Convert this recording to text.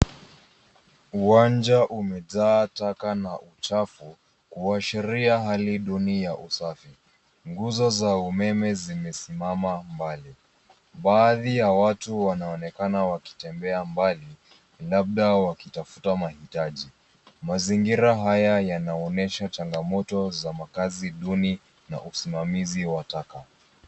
Uwanja umejaa taka na uchafu kuashiria hali dunia usafi. Nguzo za umeme zimesimama mbali. Baadhi ya watu wanaonekana wakitembea mbali labda wakitafuta mahitaji. Mazingira haya yanaonyesha changamoto za makazi duni na usimamizi wa taka.